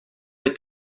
est